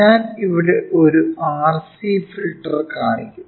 ഞാൻ ഇവിടെ ഒരു RC ഫിൽറ്റർ കാണിക്കും